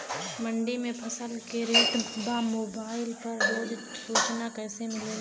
मंडी में फसल के का रेट बा मोबाइल पर रोज सूचना कैसे मिलेला?